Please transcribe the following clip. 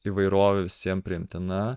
įvairovė visiem priimtina